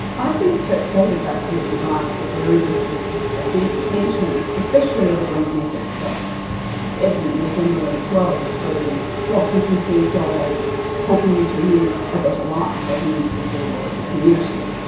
i think that david's absolutely right, that there is a sort of deep tension, especially evident in ethics, but evident more generally as well, between philosophy conceived of as helping you to live a better life as an individual or as a community,